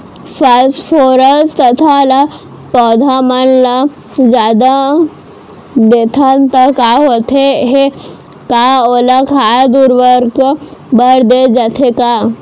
Phosphorus तथा ल पौधा मन ल जादा देथन त का होथे हे, का ओला खाद उर्वरक बर दे जाथे का?